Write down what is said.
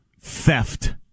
theft